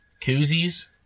Koozies